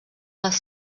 les